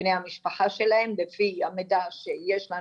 בני המשפחה שלהם על פי המידע שיש לנו,